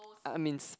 I mean